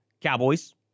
Cowboys